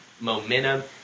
momentum